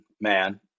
man